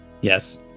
Yes